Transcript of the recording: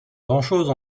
grand’chose